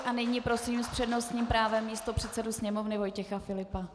A nyní prosím s přednostním právem místopředsedu Sněmovny Vojtěcha Filipa.